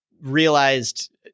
realized